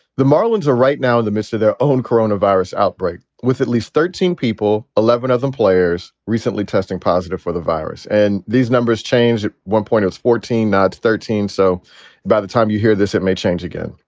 the marlins are right now in the midst of their own corona virus outbreak, with at least thirteen people, eleven of them players recently testing positive for the virus. and these numbers change. at one point, i was fourteen. that's thirteen. so by the time you hear this, it may change again.